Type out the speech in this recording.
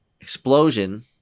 explosion